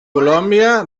colòmbia